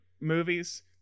movies